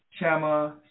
Chama